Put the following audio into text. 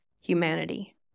humanity